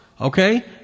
Okay